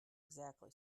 exactly